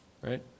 right